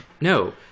No